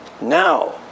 Now